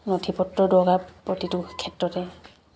নথিপত্ৰ দৰকাৰ প্ৰতিটো ক্ষেত্ৰতে